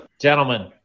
Gentlemen